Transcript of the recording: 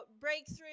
breakthrough